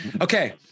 Okay